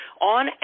on